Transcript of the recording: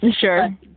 Sure